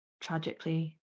tragically